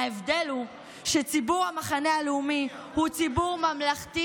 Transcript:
ההבדל הוא שציבור המחנה הלאומי הוא ציבור ממלכתי